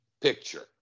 picture